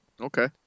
Okay